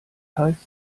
heißt